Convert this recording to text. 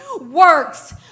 works